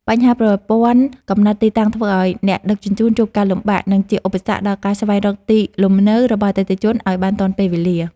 បញ្ហាប្រព័ន្ធកំណត់ទីតាំងធ្វើឱ្យអ្នកដឹកជញ្ជូនជួបការលំបាក និង ជាឧបសគ្គដល់ការស្វែងរកទីលំនៅរបស់អតិថិជនឱ្យបានទាន់ពេលវេលា។